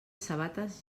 sabates